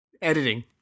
Editing